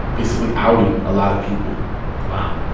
basically outing a lot of people wow.